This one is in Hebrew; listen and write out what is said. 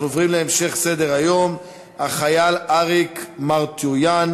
נעבור להצעות לסדר-היום בנושא: החייל אריק מרטויאן